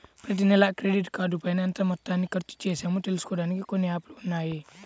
ప్రతినెలా క్రెడిట్ కార్డుపైన ఎంత మొత్తాన్ని ఖర్చుచేశామో తెలుసుకోడానికి కొన్ని యాప్ లు ఉన్నాయి